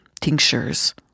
tinctures